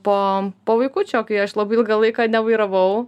po po vaikučio kai aš labai ilgą laiką nevairavau